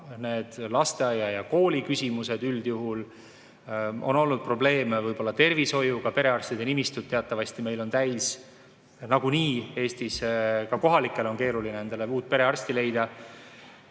need lasteaia‑ ja kooliküsimused, on olnud probleeme tervishoiuga, perearstide nimistud teatavasti on meil Eestis nagunii täis, ka kohalikel on keeruline endale uut perearsti leida.